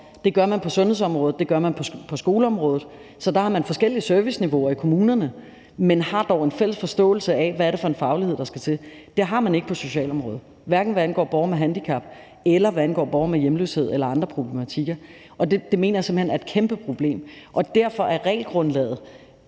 Det gør man på sundhedsområdet, det gør man på skoleområdet, så der har man forskellige serviceniveauer i kommunerne, men har dog en fælles forståelse af, hvad det er for en faglighed, der skal til. Det har man ikke på socialområdet, hverken hvad angår borgere med handicap, eller hvad angår borgere med hjemløshed eller andre problematikker, og det mener jeg simpelt hen er et kæmpeproblem, og det er noget af det